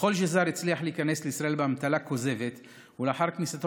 ככל שזר הצליח להיכנס לישראל באמתלה כוזבת ולאחר כניסתו